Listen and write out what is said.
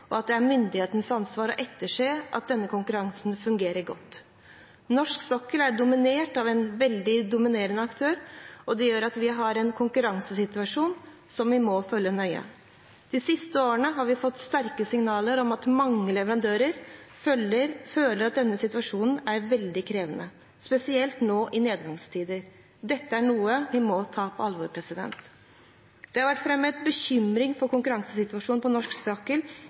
og at det er myndighetenes ansvar å etterse at denne konkurransen fungerer godt. Norsk sokkel har en veldig dominerende aktør, og det gjør at vi har en konkurransesituasjon som vi må følge nøye. De siste årene har vi fått sterke signaler om at mange leverandører føler at denne situasjonen er veldig krevende, spesielt nå i nedgangstider. Dette er noe vi må ta på alvor. Det har vært fremmet bekymring for konkurransesituasjonen på norsk